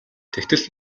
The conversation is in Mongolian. тэгтэл